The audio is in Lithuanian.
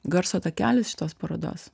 garso takelis šitos parodos